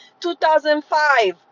2005